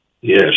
Yes